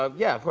um yeah,